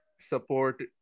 Support